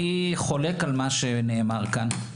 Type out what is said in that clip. אני חולק על מה שנאמר כאן.